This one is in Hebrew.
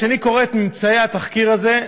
כשאני קורא את ממצאי התחקיר הזה,